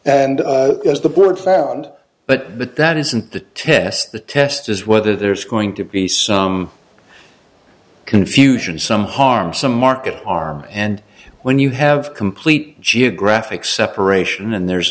and as the board found but but that isn't the test the test is whether there's going to be some confusion some harm some market harm and when you have complete geographic separation and there's